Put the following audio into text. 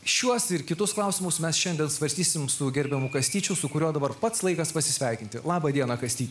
šiuos ir kitus klausimus mes šiandien svarstysime su gerbiamu kastyčiu su kuriuo dabar pats laikas pasisveikinti laba diena kastyti